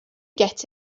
get